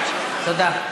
תודה.